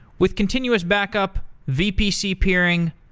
with continuous back-up, vpc peering,